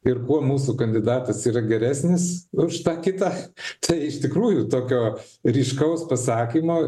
ir kuo mūsų kandidatas yra geresnis už tą kitą tai iš tikrųjų tokio ryškaus pasakymo